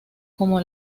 como